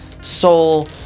soul